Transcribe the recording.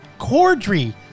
Cordry